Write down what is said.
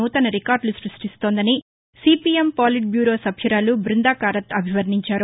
నూతన రికార్డులు సృష్టిస్తోందని CPM politburo సభ్యురాలు బృందాకారత్ అభివర్ణించారు